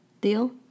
Deal